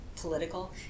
political